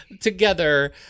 together